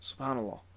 SubhanAllah